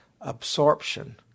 absorption